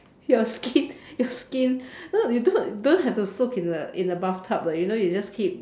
your skin your skin no you don't don't have to soak in a in a bathtub [what] you know you just keep